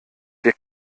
wir